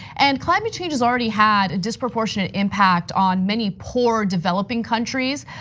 and climate change has already had a disproportionate impact on many poor, developing countries.